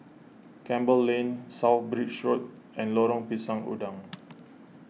Campbell Lane South Bridge Road and Lorong Pisang Udang